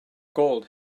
gold